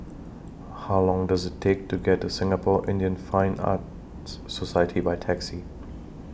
How Long Does IT Take to get to Singapore Indian Fine Arts Society By Taxi